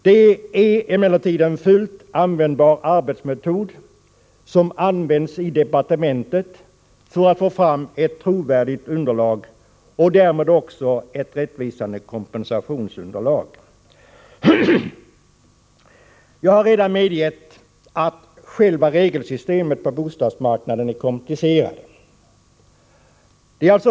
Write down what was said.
Det är emellertid en fullt användbar arbetsmetod, som har använts i departementet för att få fram ett trovärdigt underlag och därmed också ett rättvisande kompensationsunderlag. Jag har redan medgett att själva regelsystemet på bostadsmarknaden är komplicerat.